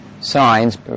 signs